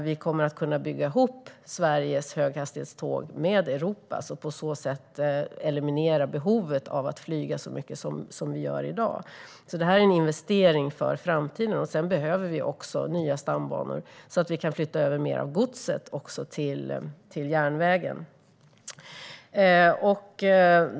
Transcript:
Vi kommer att kunna bygga ihop Sveriges höghastighetståg med Europas och på sätt eliminera behovet av att flyga så mycket som vi gör i dag. Detta är alltså en investering för framtiden. Vi behöver också nya stambanor, så att vi kan flytta över mer av godset till järnvägen.